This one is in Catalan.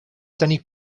tenir